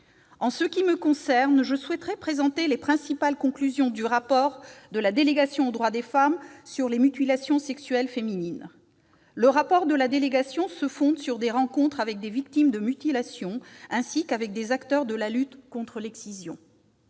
En ce qui me concerne, je souhaiterais présenter les principales conclusions du rapport de la délégation aux droits des femmes sur les mutilations sexuelles féminines. Le rapport de la délégation se fonde sur des rencontres avec des victimes de mutilations, ainsi qu'avec des acteurs de la lutte contre l'excision.